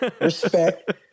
Respect